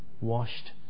washed